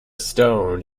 stone